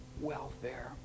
welfare